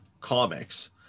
comics